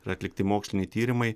yra atlikti moksliniai tyrimai